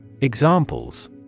Examples